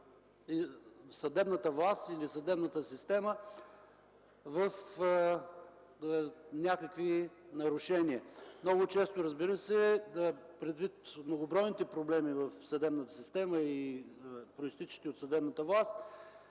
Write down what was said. съдебната власт или съдебната система в някакви нарушения. Разбира се, много често, предвид многобройните проблеми в съдебната система и произтичащи от съдебната власт,